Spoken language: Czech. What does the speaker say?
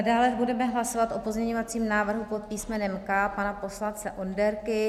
Dále budeme hlasovat o pozměňovacím návrhu pod písmenem K pana poslance Onderky.